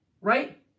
right